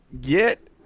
get